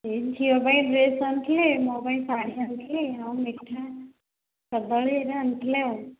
ଏଇ ଝିଅ ପାଇଁ ଡ୍ରେସ୍ ଆଣିଥିଲେ ମୋ ପାଇଁ ଶାଢ଼ୀ ଆଣିଥିଲେ ଆଉ ମିଠା କଦଳୀ ହେଗୁଡା ଆଣିଥିଲେ ଆଉ